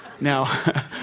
Now